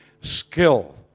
skill